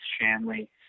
Shanley